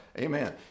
amen